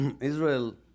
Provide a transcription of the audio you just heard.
Israel